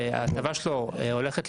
אולי נעשה את זה רק לגבי הטבות בנקאיות.